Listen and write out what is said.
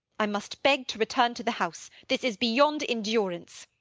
i must beg to return to the house. this is beyond endurance.